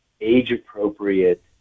age-appropriate